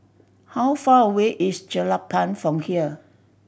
how far away is Jelapang from here